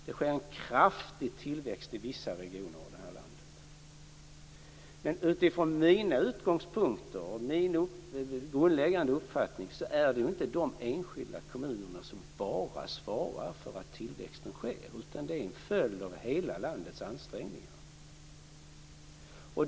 Det sker en kraftig tillväxt i vissa regioner i landet. Men utifrån mina utgångspunkter och min grundläggande uppfattning är det inte enbart de enskilda kommunerna som svarar för att tillväxten sker, utan det är en följd av hela landets ansträngningar.